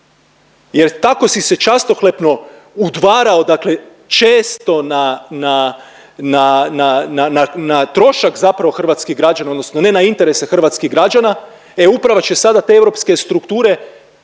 jer tako si se častohlepno udvarao, dakle često na trošak zapravo hrvatskih građana, odnosno ne na interese hrvatskih građana. E upravo će sada te europske strukture